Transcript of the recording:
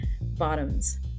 bottoms